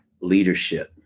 leadership